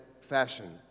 fashion